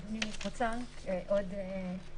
אני יודע מה שאני יכול לעשות ממה שעולה מהדברים כאן.